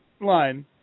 line